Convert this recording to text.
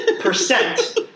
percent